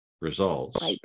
results